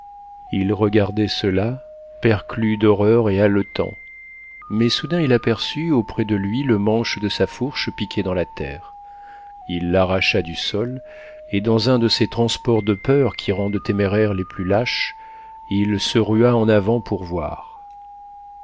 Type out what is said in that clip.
il regardait cela perclus d'horreur et haletant mais soudain il aperçut auprès de lui le manche de sa fourche piquée dans la terre il l'arracha du sol et dans un de ces transports de peur qui rendent téméraires les plus lâches il se rua en avant pour voir